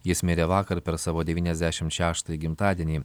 jis mirė vakar per savo devyniasdešimt šeštąjį gimtadienį